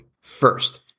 First